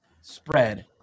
spread